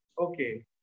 Okay